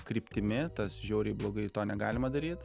kryptimi tas žiauriai blogai to negalima daryt